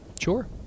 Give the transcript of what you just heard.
Sure